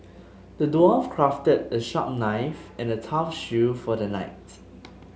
the dwarf crafted a sharp knife and a tough shield for the knight